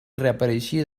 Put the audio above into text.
reapareixia